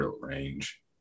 range